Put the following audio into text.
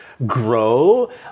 grow